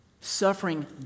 Suffering